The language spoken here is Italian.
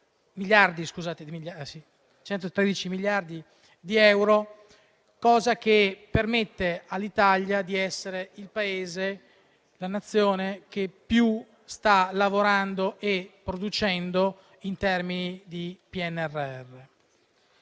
113 miliardi di euro. E ciò permette all'Italia di essere il Paese che più sta lavorando e producendo in termini di PNRR.